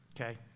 okay